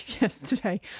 yesterday